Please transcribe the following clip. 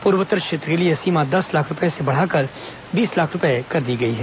पूर्वोत्तर क्षेत्र के लिए यह सीमा दस लाख रूपये से बढ़ाकर बीस लाख रुपये कर दी गई है